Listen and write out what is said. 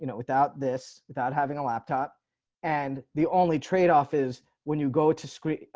you know without this without having a laptop and the only trade off is when you go to screen.